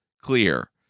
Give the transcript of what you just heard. clear